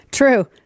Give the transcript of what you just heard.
True